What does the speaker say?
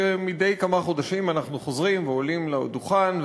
שמדי כמה חודשים אנחנו חוזרים ועולים לדוכן,